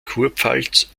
kurpfalz